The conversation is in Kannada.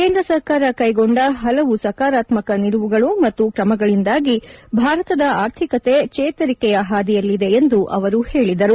ಕೇಂದ್ರ ಸರ್ಕಾರ ಕ್ಲೆಗೊಂಡ ಪಲವು ಸಕಾರಾತ್ಸಕ ನಿಲುವುಗಳು ಮತ್ತು ಕ್ರಮಗಳಿಂದಾಗಿ ಭಾರತದ ಆರ್ಥಿಕತೆ ಚೇತರಿಕೆಯ ಹಾದಿಯಲ್ಲಿದೆ ಎಂದು ಅವರು ಹೇಳಿದರು